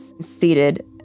Seated